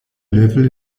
level